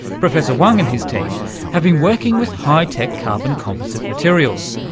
professor wang and his team have been working with high-tech carbon composite materials,